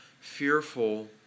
fearful